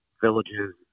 villages